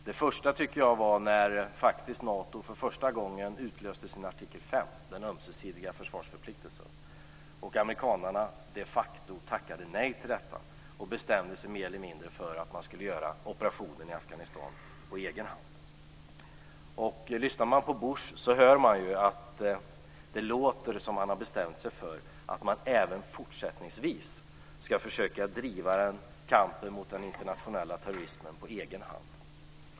Det första var när Nato för första gången utlöste sin artikel 5, den ömsesidiga försvarsförpliktelsen, och amerikanarna de facto tackade nej och bestämde sig mer eller mindre för att man skulle utföra operationen i Lyssnar man på Bush låter det som att han har bestämt sig för att man även fortsättningsvis ska försöka att driva kampen mot den internationella terrorismen på egen hand.